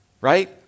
Right